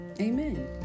Amen